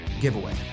giveaway